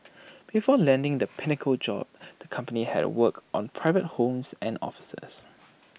before landing the pinnacle job the company had worked on private homes and offices